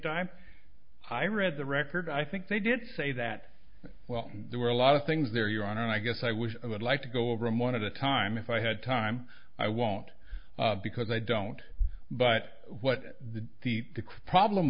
time i read the record i think they did say that well there were a lot of things they're here on and i guess i wish i would like to go over him one of the time if i had time i won't because i don't but what the the problem